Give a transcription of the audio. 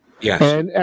Yes